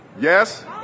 Yes